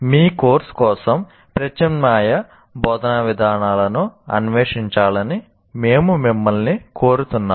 మీ course కోసం ప్రత్యామ్నాయ బోధనా విధానాలను అన్వేషించాలని మేము మిమ్మల్ని కోరుతున్నాము